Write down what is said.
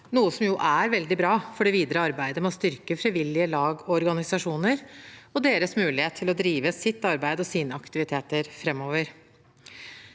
noe som er veldig bra for det videre arbeidet med å styrke frivillige lag og organisasjoner og deres mulighet til å drive sitt arbeid og sine aktiviteter framover.